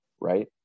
right